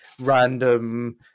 random